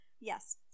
yes